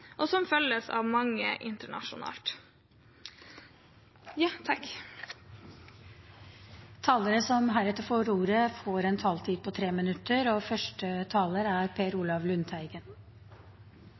og som følges av mange internasjonalt. De talere som heretter får ordet, har en taletid på inntil 3 minutter.